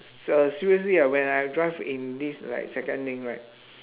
s~ uh seriously ah when I drive in this like second lane right